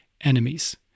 enemies